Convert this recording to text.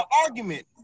argument